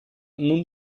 non